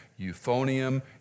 euphonium